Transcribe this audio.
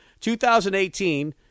2018